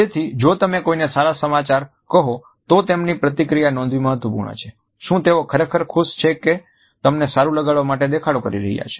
તેથી જો તમે કોઈને સારા સમાચાર કહો તો તેમની પ્રતિક્રિયા નોંધાવી મહત્વપૂર્ણ છે શું તેઓ ખરેખર ખુશ છે કે તમને સારું લગાડવા માટે દેખાડો કરી રહ્યા છે